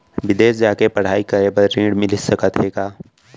बिदेस जाके पढ़ई करे बर ऋण मिलिस सकत हे का?